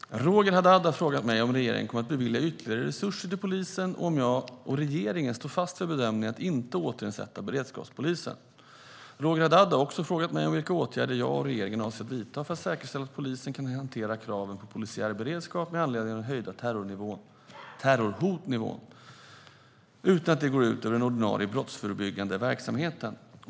Herr talman! Roger Haddad har frågat mig om regeringen kommer att bevilja ytterligare resurser till polisen och om jag och regeringen står fast vid bedömningen att inte återinsätta beredskapspolisen. Roger Haddad har också frågat mig om vilka åtgärder jag och regeringen avser att vidta för att säkerställa att polisen kan hantera kraven på polisiär beredskap med anledning av den höjda terrorhotnivån utan att det går ut över den ordinarie brottsförebyggande verksamheten.